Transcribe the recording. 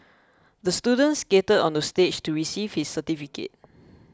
the student skated onto stage to receive his certificate